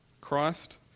Christ